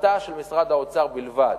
החלטה של משרד האוצר בלבד.